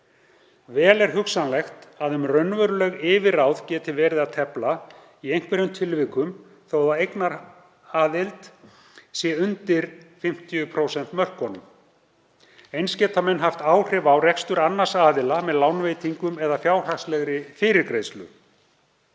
Vel er hugsanlegt að um raunveruleg yfirráð geti verið að tefla í einhverjum tilvikum þó að eignaraðild sé undir 50% mörkunum. Eins geta menn haft áhrif á rekstur annars aðila með lánveitingum eða fjárhagslegri fyrirgreiðslu.